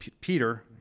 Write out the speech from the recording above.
Peter